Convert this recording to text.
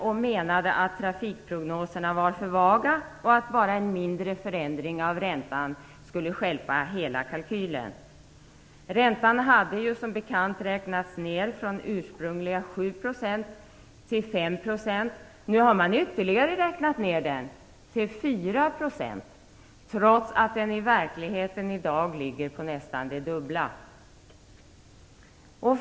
Man menade att trafikprognoserna var för vaga och att bara en mindre förändring av räntan skulle stjälpa hela kalkylen. Räntan hade som bekant räknats ned från ursprungliga 7 % till 5 %. Nu har man ytterligare räknat ner räntan till 4 %, trots att den i verkligheten i dag ligger på nästan det dubbla.